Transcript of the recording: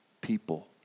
people